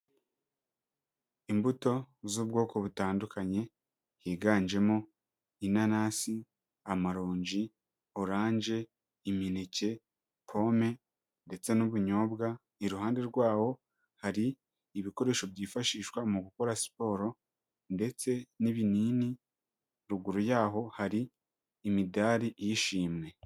Imbuto z'ubwoko butandukanye higanjemo: inanasi, amaronji, orange, imineke, pome ndetse n'ubunyobwa, iruhande rwawo hari ibikoresho byifashishwa mu gukora siporo ndetse n'ibinini ruguru yaho hari imidari y'ishimwe.